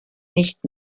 nicht